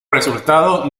resultado